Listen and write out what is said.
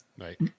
Right